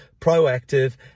proactive